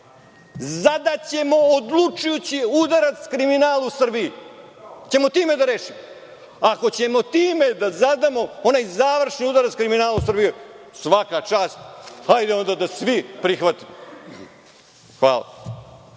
zadaćemo odlučujući udarac kriminalu u Srbiji. Hoćemo li time da rešimo? Ako ćemo time da zadamo onaj završni udarac kriminalu u Srbiji, svaka čast, hajde onda da svi prihvatimo. Hvala.